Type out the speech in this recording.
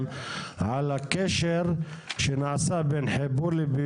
שתאפשר את ההרחבה של